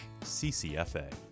CCFA